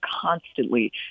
constantly